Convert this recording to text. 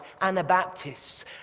Anabaptists